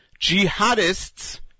jihadist's